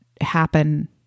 happen